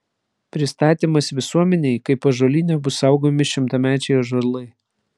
pristatymas visuomenei kaip ąžuolyne bus saugomi šimtamečiai ąžuolai